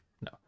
no